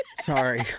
Sorry